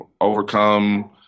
overcome